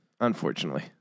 Unfortunately